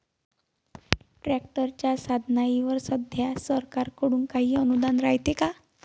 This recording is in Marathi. ट्रॅक्टरच्या साधनाईवर सध्या सरकार कडून काही अनुदान रायते का?